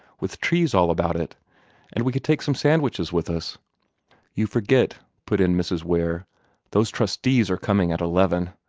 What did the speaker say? with trees all about it and we could take some sandwiches with us you forget, put in mrs. ware those trustees are coming at eleven.